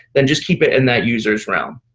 then just keep it in that user's realm.